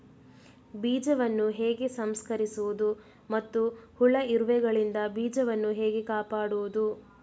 ಬೀಜವನ್ನು ಹೇಗೆ ಸಂಸ್ಕರಿಸುವುದು ಮತ್ತು ಹುಳ, ಇರುವೆಗಳಿಂದ ಬೀಜವನ್ನು ಹೇಗೆ ಕಾಪಾಡುವುದು?